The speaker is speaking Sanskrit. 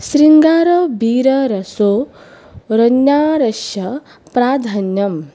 शृङ्गारवीररसो शृङ्गारस्य प्राधान्यं